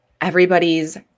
everybody's